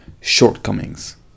Shortcomings